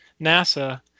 NASA